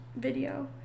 video